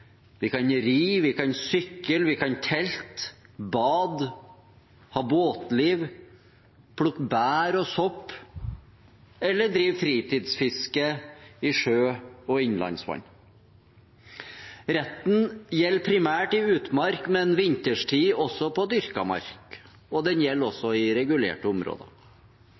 vi kan ri, vi kan sykle, vi kan telte, bade, ha båtliv, plukke bær og sopp eller drive fritidsfiske i sjø og innlandsvann. Retten gjelder primært i utmark, men vinterstid også på dyrka mark, og den gjelder også i regulerte områder.